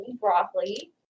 broccoli